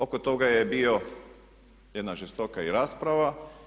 Oko toga je bila jedna žestoka i rasprava.